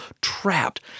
trapped